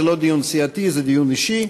זה לא דיון סיעתי, זה דיון אישי,